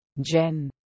Jen